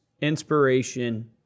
inspiration